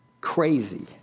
crazy